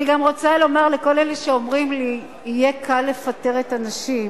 אני גם רוצה לומר לכל אלה שאומרים לי: יהיה קל לפטר את הנשים.